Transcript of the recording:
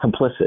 complicit